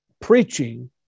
Preaching